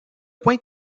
point